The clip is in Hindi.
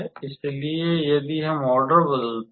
इसलिए यदि हम ऑर्डर बदलते हैं